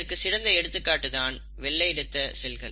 இதற்கு சிறந்த எடுத்துக்காட்டு தான் வெள்ளை இரத்த செல்கள்